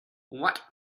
what